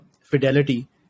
fidelity